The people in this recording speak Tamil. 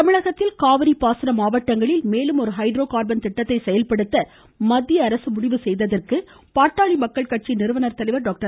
ராமதாஸ் தமிழகத்தில் காவிரி பாசன மாவட்டங்களில் மேலும் ஒரு ஹைட்ரோ கார்பன் திட்டத்தை செயல்படுத்த மத்திய அரசு முடிவு செய்துள்ளதற்கு பாட்டாளி மக்கள் கட்சியின் நிறுவனர் தலைவர் டாக்டர்